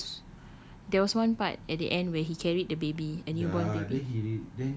pasal there was there was one part at the end where he carried the baby a newborn baby